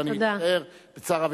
ואני מצטער בצער רב,